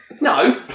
No